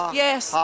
yes